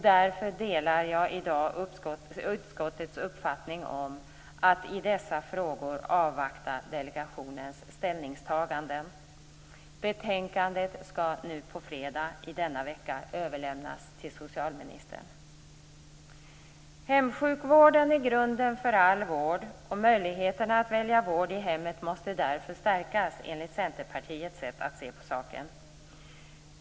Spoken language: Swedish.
Därför delar jag i dag utskottets uppfattning om att i dessa frågor avvakta delegationens ställningstaganden. Betänkandet skall på fredag i denna vecka överlämnas till socialministern. Hemsjukvården är grunden för all vård. Möjligheterna att välja vård i hemmet måste därför stärkas enligt Centerpartiets sätt att se saken.